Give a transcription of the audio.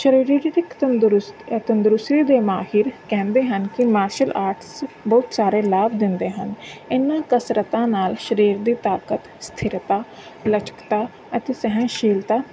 ਸਰੀਰਿਕ ਤੰਦਰੁਸਤ ਤੰਦਰੁਸਤੀ ਦੇ ਮਾਹਿਰ ਕਹਿੰਦੇ ਹਨ ਕਿ ਮਾਰਸ਼ਲ ਆਰਟਸ ਬਹੁਤ ਸਾਰੇ ਲਾਭ ਦਿੰਦੇ ਹਨ ਇਹਨਾਂ ਕਸਰਤਾਂ ਨਾਲ ਸਰੀਰ ਦੀ ਤਾਕਤ ਸਥਿਰਤਾ ਲਚਕਦਾ ਅਤੇ ਸਹਿਣਸ਼ੀਲਤਾ